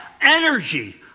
energy